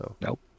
Nope